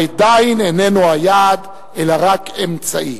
עדיין איננו היעד אלא רק אמצעי,